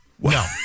No